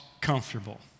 comfortable